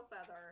feather